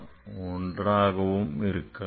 1 ஆகவும் இருக்கலாம்